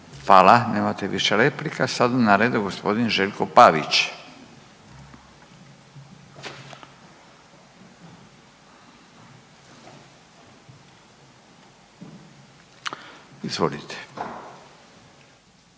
Hvala, nemate više replika. Sada je na redu g. Željko Pavić. Izvolite.